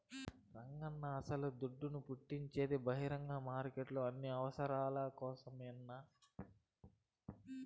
రంగన్నా అస్సల దుడ్డును పుట్టించే బహిరంగ మార్కెట్లు అన్ని అవసరాల కోసరమేనన్నా